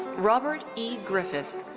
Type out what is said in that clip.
robert e. griffith.